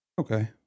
Okay